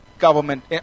government